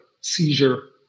seizure